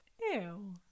Ew